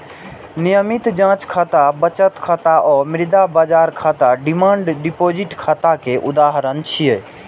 नियमित जांच खाता, बचत खाता आ मुद्रा बाजार खाता डिमांड डिपोजिट खाता के उदाहरण छियै